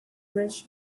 bridge